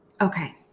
Okay